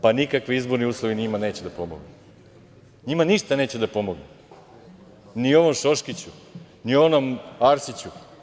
Pa, nikakvi izborni uslovi neće njima da pomognu, njima ništa neće da pomogne, ni onom Šoškiću, ni onom Arsiću.